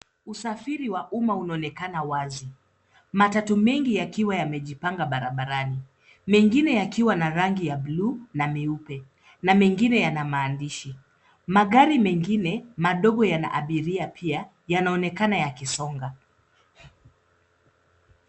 Usafiri wa umma unaonekana wazi. Matatu mengi yakiwa yamejipanga barabarani, mengine yakiwa na rangi ya bluu na meupe na mengine yana maandishi. Magari mengine madogo yana abiria pia yanaonekana ya kisonga.